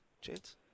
Chance